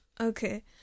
Okay